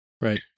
Right